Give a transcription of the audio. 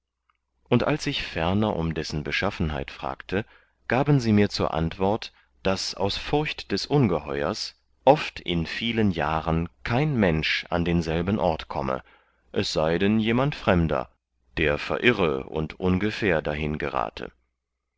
und als ich ferner um dessen beschaffenheit fragte gaben sie mir zur antwort daß aus furcht des ungeheuers oft in vielen jahren kein mensch an denselben ort komme es sei dann jemand fremder der verirre und ungefähr dahin gerate